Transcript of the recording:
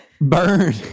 Burn